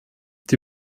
die